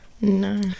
No